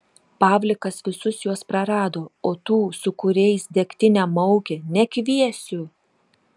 pavlikas visus juos prarado o tų su kuriais degtinę maukė nekviesiu